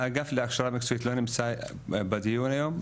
האגף להכשרה מקצועית לא נמצא בדיון היום.